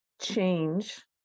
change